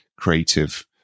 creative